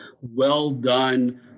well-done